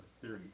theory